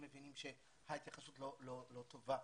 מבינים שההתייחסות לא טובה,